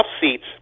seats